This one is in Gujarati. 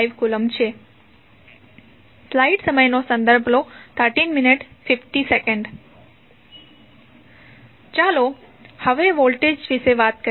ચાલો હવે વોલ્ટેજ વિશે વાત કરીએ